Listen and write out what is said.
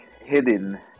hidden